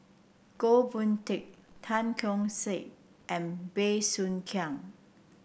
Goh Boon Teck Tan Keong Saik and Bey Soo Khiang